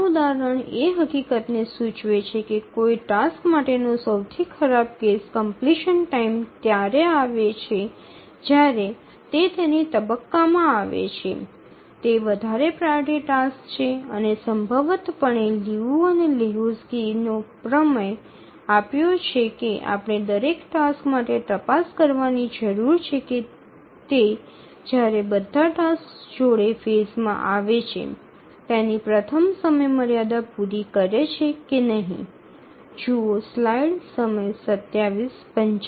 આ ઉદાહરણ એ હકીકતને સૂચવે છે કે કોઈ ટાસ્ક માટેનો સૌથી ખરાબ કેસ કમપ્લીશન ટાઇમ ત્યારે આવે છે જ્યારે તે તેની સાથે તબક્કામાં આવે છે તે વધારે પ્રાઓરિટી ટાસ્ક છે અને સંભવતપણે લિયુ અને લેહોક્સ્કીએ પ્રમેય આપ્યો છે કે આપણે દરેક ટાસ્ક માટે તપાસ કરવાની જરૂર છે કે તે જ્યારે બધા ટાસક્સ જોડે ફેઝ માં આવે છે તેની પ્રથમ સમયમર્યાદા પૂરી કરે છે કે નહીં